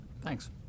Thanks